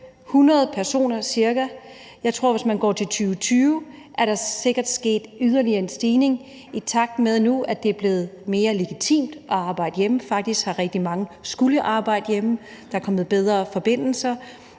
500 personer. Jeg tror, at hvis man går til 2020, er der sikkert sket yderligere en stigning, i takt med at det nu er blevet mere legitimt at arbejde hjemme. Faktisk har rigtig mange skullet arbejde hjemme. Der er kommet bedre forbindelser,